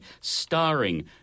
starring